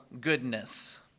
goodness